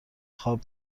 خواب